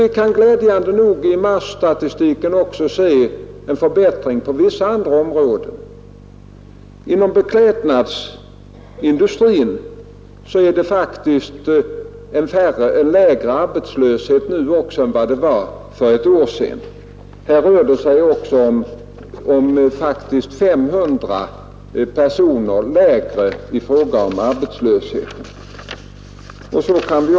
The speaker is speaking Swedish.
Vi kan glädjande nog i marsstatistiken också se en förbättring på vissa andra områden. Inom beklädnadsindustrin är det faktiskt också en lägre arbetslöshet nu än för ett år sedan. Här rör det sig i själva verket om 500 färre arbetslösa.